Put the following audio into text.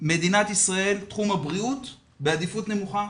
מדינת ישראל תחום הבריאות בעדיפות נמוכה,